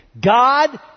God